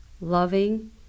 loving